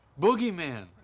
Boogeyman